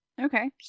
Okay